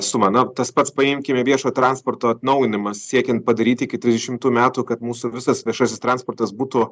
suma na tas pats paimkime viešo transporto atnaujinimas siekiant padaryti iki trisdešimtų metų kad mūsų visas viešasis transportas būtų